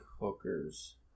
hookers